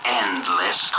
endless